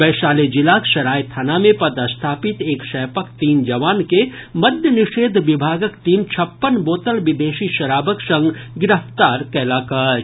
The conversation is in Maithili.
वैशाली जिलाक सराय थाना मे पदस्थापित एक सैपक तीन जवान के मद्य निषेध विभागक टीम छप्पन बोतल विदेशी शराबक संग गिरफ्तार कयलक अछि